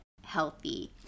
healthy